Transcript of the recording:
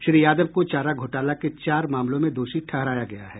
श्री यादव को चारा घोटाला के चार मामलों में दोषी ठहराया गया है